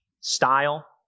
style